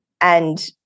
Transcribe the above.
And-